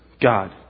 God